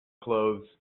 clothes